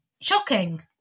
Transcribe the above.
shocking